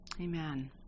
Amen